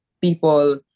people